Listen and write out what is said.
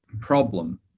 problem